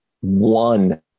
one